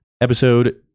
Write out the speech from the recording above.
episode